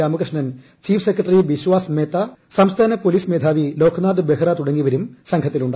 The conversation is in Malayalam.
രാമകൃഷ്ണൻ ചീഫ് സെക്രട്ടറി വിശ്വാസ് മേത്ത സംസ്ഥാന പോലീസ് മേധാവി ലോക്നാഥ് ബെഹ്റ തുടങ്ങിയവരും സംഘത്തിലുണ്ട്